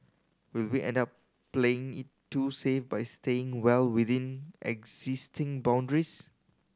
will we end up playing it too safe by staying well within existing boundaries